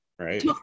Right